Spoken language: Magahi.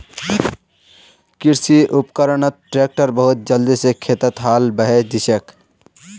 कृषि उपकरणत ट्रैक्टर बहुत जल्दी स खेतत हाल बहें दिछेक